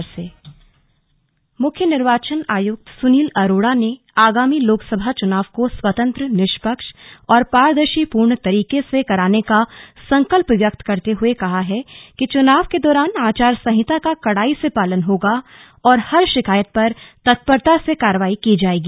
slug चुनाव आयोग मुख्य निर्वाचन आयुक्त सुनील अरोड़ा ने आगामी लोकसभा चुनाव को स्वतंत्र निष्पक्ष और पारदर्शीपूर्ण तरीके से कराने का संकल्प व्यक्त करते हुए कहा है कि चुनाव के दौरान आचार संहिता का कड़ाई से पालन होगा और हर शिकायत पर तत्परता से कार्रवाई की जाएगी